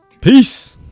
Peace